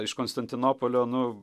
iš konstantinopolio nu